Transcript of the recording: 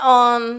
on